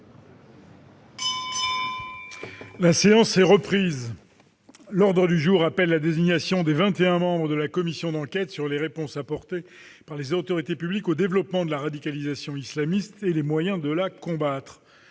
La séance est reprise. L'ordre du jour appelle la désignation des vingt et un membres de la commission d'enquête sur les réponses apportées par les autorités publiques au développement de la radicalisation islamiste et les moyens de la combattre.